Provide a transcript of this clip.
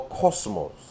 cosmos